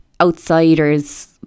outsiders